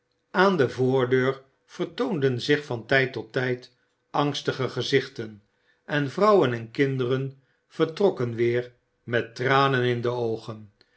aan de voordeur vertoonden zich van tijd tot tijd angstige gezichten en vrouwen en kinderen vertrokken weer met tranen in de oogen